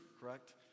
correct